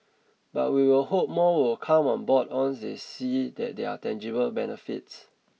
but we will hope more will come on board on they see that there are tangible benefits